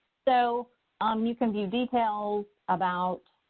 so um you can view details about,